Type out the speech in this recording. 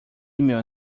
email